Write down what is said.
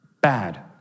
bad